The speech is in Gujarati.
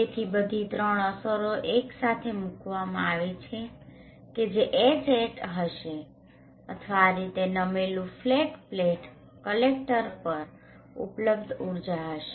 તેથી બધી ત્રણ અસરો એકસાથે મૂકવામાં આવે છે કે જે Hat હશે અથવા આ રીતે નમેલું ફ્લેટ પ્લેટ કલેક્ટર પર ઉપલબ્ધ ઊર્જા હશે